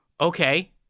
okay